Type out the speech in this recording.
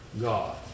God